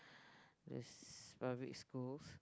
those public schools